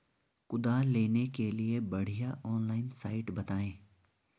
कुदाल लेने के लिए बढ़िया ऑनलाइन साइट बतायें?